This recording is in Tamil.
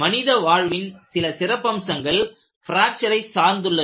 மனிதவாழ்வின் சில சிறப்பம்சங்கள் பிராக்ச்சரை சார்ந்துள்ளது